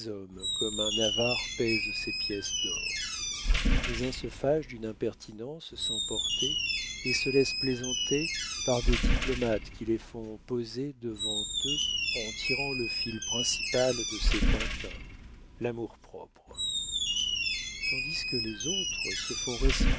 comme un avare pèse ses pièces d'or les uns se fâchent d'une impertinence sans portée et se laissent plaisanter par les diplomates qui les font poser devant eux en tirant le fil principal de ces pantins l'amour-propre tandis que les autres se font